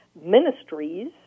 ministries